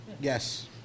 Yes